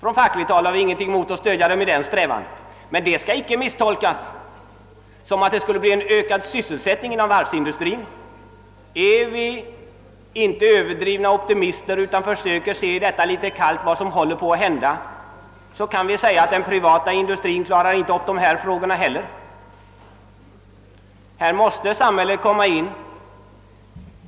På fackligt håll har vi ingenting emot att stödja varven i denna strävan, men detta skall inte misstolkas som att det skulle bli en ökad sysselsättning inom varvsindustrin. Är vi inte överdrivna optimister utan försöker att kallt se på vad som håller på att hända måste vi säga oss, att den privata industrin inte heller klarar av de här frågorna. Då måste samhället träda till.